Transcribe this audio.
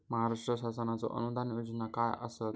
महाराष्ट्र शासनाचो अनुदान योजना काय आसत?